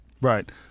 Right